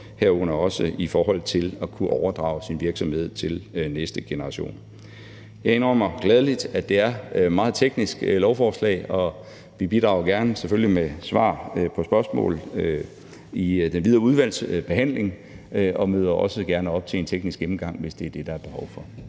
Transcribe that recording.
herunder også i forhold til at kunne overdrage sin virksomhed til næste generation. Jeg indrømmer gladelig, at det er et meget teknisk lovforslag, og vi bidrager selvfølgelig gerne med svar på spørgsmål i den videre i udvalgsbehandling og møder også gerne op til en teknisk gennemgang, hvis det er det, der er behov for.